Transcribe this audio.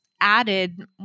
added